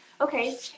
okay